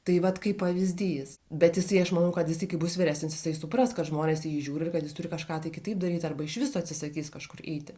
tai vat kaip pavyzdys bet jisai aš manau kad jisai kai bus vyresnis jisai supras kad žmonės į jį žiūri ir kad jis turi kažką tai kitaip daryt arba iš viso atsisakys kažkur eiti